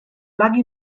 laghi